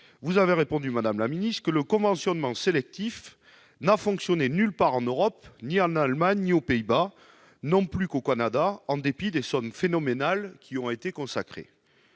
leur avez répondu :« Le conventionnement sélectif n'a fonctionné nulle part en Europe, ni en Allemagne ni aux Pays-Bas, non plus qu'au Canada, en dépit des sommes phénoménales qui y ont été consacrées.